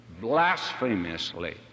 blasphemously